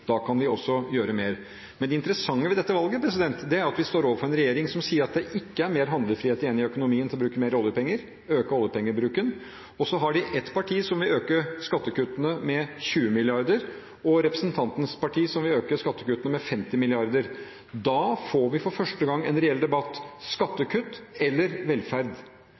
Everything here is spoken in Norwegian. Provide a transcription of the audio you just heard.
da kan vi også gjøre mer. Men det interessante ved det dette valget er at vi står overfor en regjering som sier at det ikke er mer handlefrihet igjen i økonomien til å bruke mer oljepenger, øke oljepengebruken, og så har de ett parti som vil øke skattekuttene med 20 mrd. kr, og representantens parti som vil øke skattekuttene med 50 mrd. kr. Da får vi for første gang en reell debatt: skattekutt eller velferd?